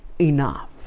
enough